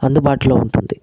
అందుబాటులో ఉంటుంది